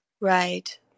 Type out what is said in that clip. Right